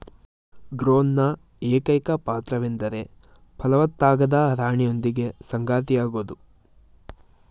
ಡ್ರೋನ್ನ ಏಕೈಕ ಪಾತ್ರವೆಂದರೆ ಫಲವತ್ತಾಗದ ರಾಣಿಯೊಂದಿಗೆ ಸಂಗಾತಿಯಾಗೋದು